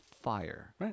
fire